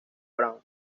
brown